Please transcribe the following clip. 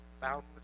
boundless